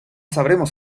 sabremos